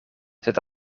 sed